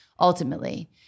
ultimately